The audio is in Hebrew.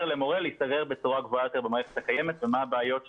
למורה להשתכר בצורה גבוהה יותר במערכת הקיימת ומה הבעיות שלו.